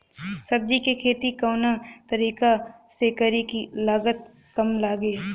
सब्जी के खेती कवना तरीका से करी की लागत काम लगे?